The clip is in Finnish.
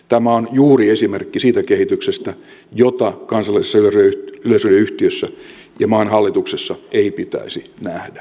tämä on juuri esimerkki siitä kehityksestä jota kansallisessa yleisradioyhtiössä ja maan hallituksessa ei pitäisi nähdä